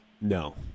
No